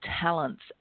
talents